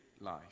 life